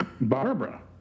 Barbara